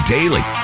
Daily